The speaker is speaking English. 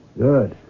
Good